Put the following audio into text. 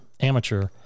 Amateur